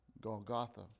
Golgotha